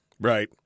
Right